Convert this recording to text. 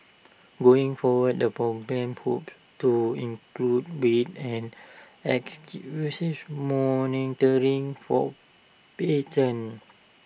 going forward the poop to include weight and monitoring for patients